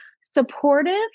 supportive